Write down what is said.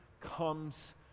comes